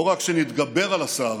לא רק שנתגבר על הסערה,